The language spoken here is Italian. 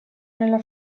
nella